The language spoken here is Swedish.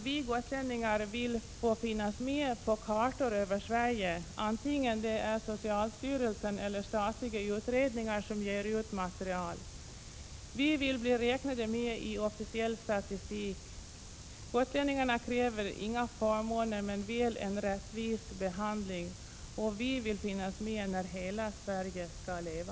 Vi gotlänningar vill finnas med på kartor över Sverige, antingen det är socialstyrelsen eller statliga utredningar som ger ut material. Vi vill bli medräknade i officiell statistik. Gotlänningarna kräver inga förmåner men väl en rättvis behandling. Vi vill finnas med när hela Sverige skall leva!